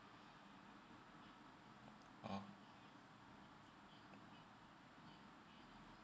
oh